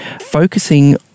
Focusing